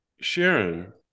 Sharon